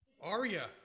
Aria